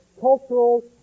cultural